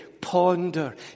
ponder